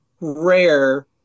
rare